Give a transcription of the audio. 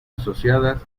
asociadas